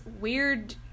weird